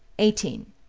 eighteen.